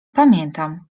pamiętam